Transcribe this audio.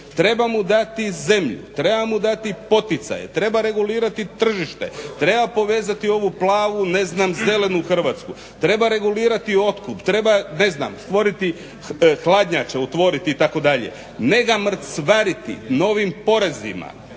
Treba mu dati zemlju, treba mu dati poticaje, treba regulirati tržište, treba povezati ovu plavu, ne znam zelenu Hrvatsku, treba regulirati otkup, treba stvoriti hladnjače, otvoriti itd. ne ga mrcvariti novim porezima,